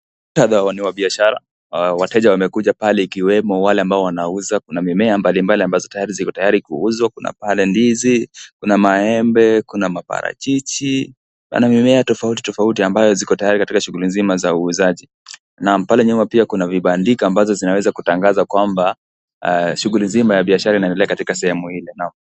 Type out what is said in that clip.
Muktadha ni wa biashara. Wateja wamekuja pale ikiwemo wale ambao wanauza. Kuna mimea mbalimbalia ambazo tayari ziko tayari kuuzwa, kuna pale ndizi, kuna maembe, kuna maparachichi na mimeatofautitofauti ambayo ziko tayari katika shughuli nzima za uuzaji. Naam pale nyuma pia kuna vibandiko ambazo zinaweza kutangaza kwamba shughuli nzima ya biashara inaendelea katika sehemi ile.